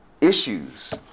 issues